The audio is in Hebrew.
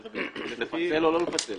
לפצל או לא לפצל?